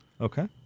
Okay